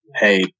hey